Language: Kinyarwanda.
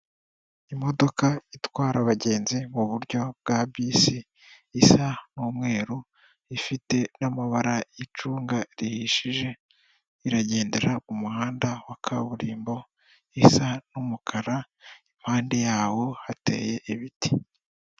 Imodoka itwara abagenzi mu buryo bwa bisi isa n'umweru, ifite n'amabara y'icunga rihishije, iragendera ku muhanda wa kaburimbo isa n'umukara, impande yawo hateye ibiti.